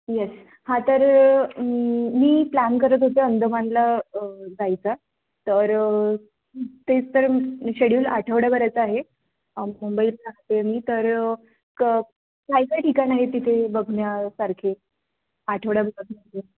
yes हा तर मी प्लॅन करत होते अंदमानला जायचा तर तेच तर शेड्युल आठवड्याभराचा आहे मुंबईत राहते मी तर क काय काय ठिकाणं आहेत तिथे बघण्यासारखे आठवड्याभरामध्ये